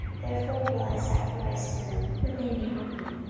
therefore will i sacrifice to them, that they may help me.